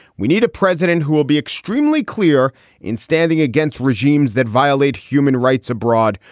we need a president who will be extremely clear in standing against regimes that violate human rights abroad.